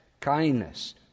kindness